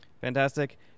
Fantastic